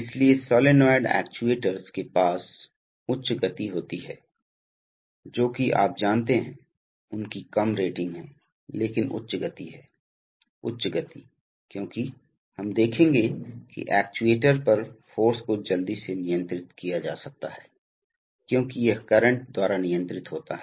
इसलिए solenoid actuators के पास उच्च गति होती है जोकि आप जानते हैं उनकी कम रेटिंग हैं लेकिन उच्च गति है उच्च गति क्योंकिहम देखेंगे कि एक्ट्यूएटर पर फ़ोर्स को जल्दी से नियंत्रित किया जा सकता है क्योंकि यह करंट द्वारा नियंत्रित होता है